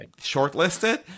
shortlisted